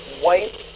white